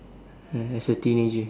as a teenager